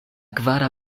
kvara